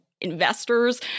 investors